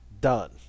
Done